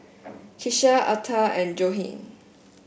Kisha Alta and Johnie